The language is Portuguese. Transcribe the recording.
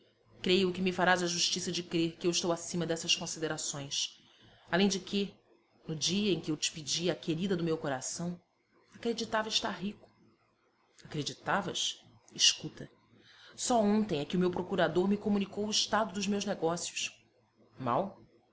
creio que me farás a justiça de crer que eu estou acima dessas considerações além de que no dia em que eu te pedi a querida do meu coração acreditava estar rico acreditavas escuta só ontem é que o meu procurador me comunicou o estado dos meus negócios mau